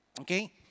okay